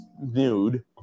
nude